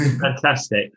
Fantastic